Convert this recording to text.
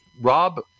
Rob